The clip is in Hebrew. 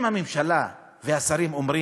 אם הממשלה והשרים אומרים: